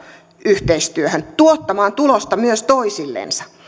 yhteistyöhön tuottamaan tulosta myös toisillensa